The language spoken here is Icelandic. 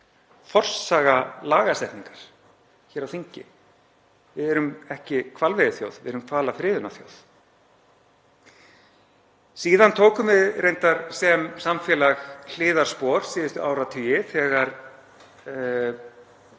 þingi. Við erum ekki hvalveiðiþjóð, við erum hvalafriðunarþjóð. Síðan tókum við reyndar sem samfélag hliðarspor síðustu áratugi þegar